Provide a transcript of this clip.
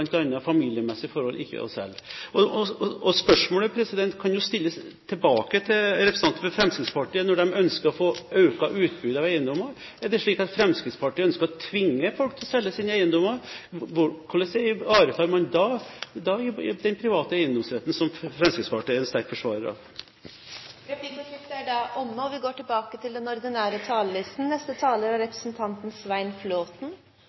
familiemessige forhold, ikke å selge. Spørsmålet kan jo stilles tilbake til representanten fra Fremskrittspartiet: Når de ønsker å få økt utbud av eiendommer, er det slik at Fremskrittspartiet ønsker å tvinge folk til å selge sine eiendommer? Hvordan ivaretar man da den private eiendomsretten, som Fremskrittspartiet er en sterk forsvarer av? Replikkordskiftet er omme.